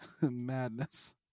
madness